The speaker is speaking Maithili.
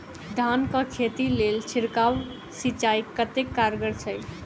धान कऽ खेती लेल छिड़काव सिंचाई कतेक कारगर छै?